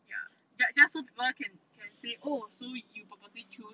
ya ju~ just so people can say you purposely choose